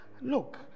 Look